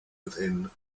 within